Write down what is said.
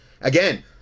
Again